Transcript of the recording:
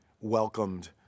welcomed